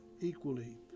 Equally